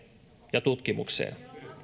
ja tutkimukseen